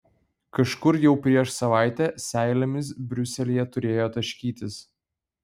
kažkur jau prieš savaitę seilėmis briuselyje turėjo taškytis